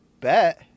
Bet